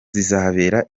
zizabera